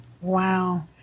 Wow